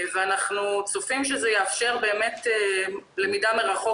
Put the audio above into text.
אנחנו צופים שזה יאפשר למידה מרחוק